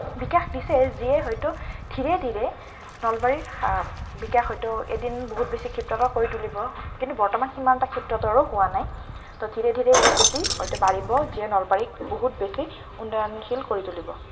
বিকাশ দিছে যিয়ে হয়তো ধীৰে ধীৰে নলবাৰীৰ বিকাশ হয়তো এদিন বহুত বেছি ক্ষিপ্ৰতৰ কৰি তুলিব কিন্তু বৰ্তমান সিমানটা ক্ষিপ্ৰতৰো হোৱা নাই ত' ধীৰে ধীৰে এই গতি হয়তো বাঢ়িব যিয়ে নলবাৰীক বহুত বেছি উন্নয়নশীল কৰি তুলিব